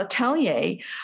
atelier